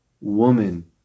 woman